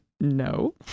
no